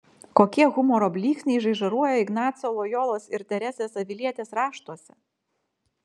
kokie humoro blyksniai žaižaruoja ignaco lojolos ir teresės avilietės raštuose